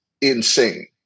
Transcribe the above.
insane